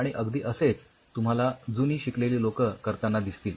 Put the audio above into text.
आणि अगदी असेच तुम्हाला जुनी शिकलेली लोकं करतांना दिसतील